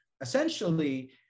essentially